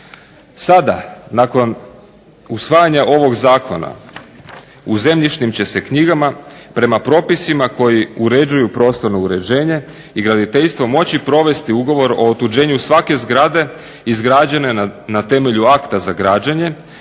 Sada nakon usvajanja ovog zakona u zemljišnim će se knjigama prema propisima koji uređuju prostorno uređenje i graditeljstvo moći provesti ugovor o otuđenju svake zgrade izgrađene na temelju akta za građenje,